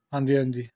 ਹਾਂਜੀ ਹਾਂਜੀ